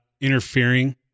interfering